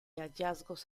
hallazgos